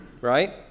right